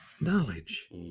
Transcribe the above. knowledge